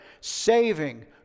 saving